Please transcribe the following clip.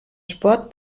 sport